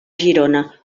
girona